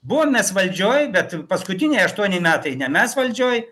buvom mes valdžioj bet paskutiniai aštuoni metai ne mes valdžioj